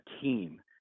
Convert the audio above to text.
team